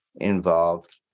involved